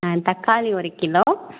ஆ தக்காளி ஒரு கிலோ